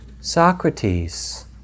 Socrates